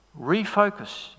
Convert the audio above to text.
refocus